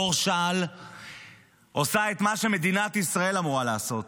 מור שעל עושה את מה שמדינת ישראל אמורה לעשות.